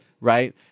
right